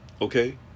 Okay